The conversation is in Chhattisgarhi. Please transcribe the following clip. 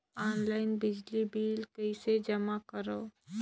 ऑनलाइन बिजली बिल कइसे जमा करव?